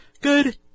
Good